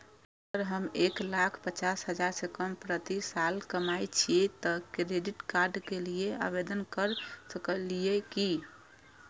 अगर हम एक लाख पचास हजार से कम प्रति साल कमाय छियै त क्रेडिट कार्ड के लिये आवेदन कर सकलियै की?